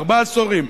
ארבעה עשורים,